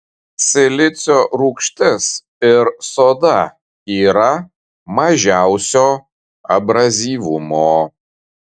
silicio rūgštis ir soda yra mažiausio abrazyvumo